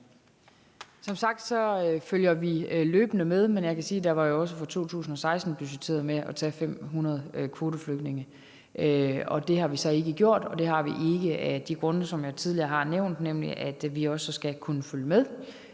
Som sagt følger vi løbende med, men jeg kan sige, at der jo også for 2016 var budgetteret med at tage 500 kvoteflygtninge, og det har vi så ikke gjort, og det er af de grunde, som jeg tidligere har nævnt, nemlig at vi også skal kunne følge med